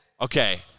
okay